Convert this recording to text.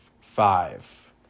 Five